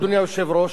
אדוני היושב-ראש,